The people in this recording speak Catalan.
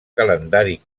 calendari